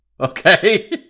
Okay